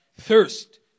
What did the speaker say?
Thirst